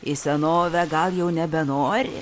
į senovę gal jau nebenori